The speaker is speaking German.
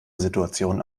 situation